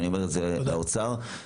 ואני אומר את זה לאוצר לקופות,